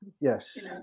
Yes